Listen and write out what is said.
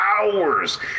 hours